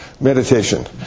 Meditation